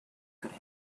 could